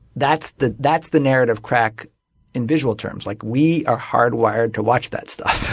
that's the that's the narrative crack in visual terms. like we are hardwired to watch that stuff.